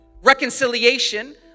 reconciliation